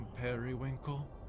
Periwinkle